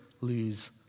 lose